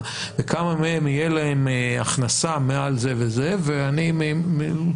ולכמה מהם תהיה הכנסה מעל זה וזה ואני יודע